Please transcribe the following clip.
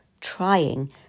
trying